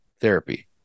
therapy